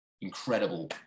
incredible